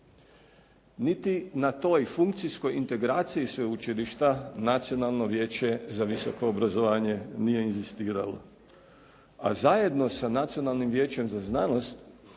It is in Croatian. Niti na toj funkcijskoj integraciji sveučilišta Nacionalno vijeće za visoko obrazovanje nije inzistiralo, a zajedno sa Nacionalnim vijećem za znanost